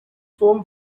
foam